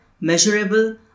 measurable